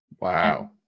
Wow